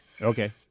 okay